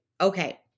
Okay